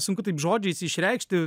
sunku taip žodžiais išreikšti